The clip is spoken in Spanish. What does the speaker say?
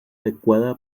adecuada